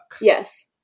yes